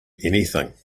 anything